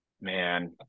Man